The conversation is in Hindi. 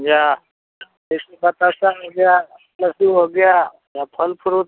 या जैसे जैसे बताशा हो गया लड्डू हो गया या फल फ्रूट